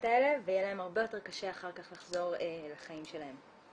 האלה ויהיה להם הרבה יותר קשה אחר כך לחזור לחיים שלהם.